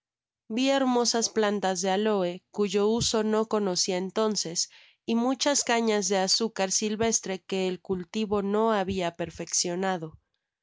vi hermosas plantas de aloe cuyo uso no conocia entonces y muchas cañas de azúcar silvestre que el cultivo no habia perfeccionado